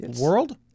world